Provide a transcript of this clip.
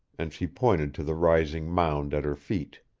and she pointed to the rising mound at her feet.